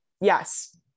Yes